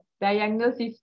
Diagnosis